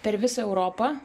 per visą europą